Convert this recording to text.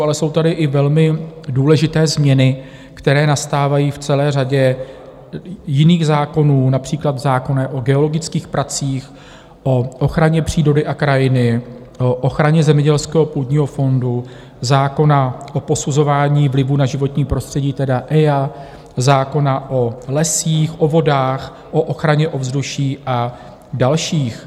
Ale jsou tady i velmi důležité změny, které nastávají v celé řadě jiných zákonů, například v zákoně o geologických pracích, o ochraně přírody a krajiny, o ochraně zemědělského půdního fondu, zákona o posuzování vlivu na životní prostředí, tedy EIA, zákona o lesích, o vodách, o ochraně ovzduší a dalších.